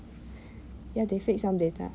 ya they faked some data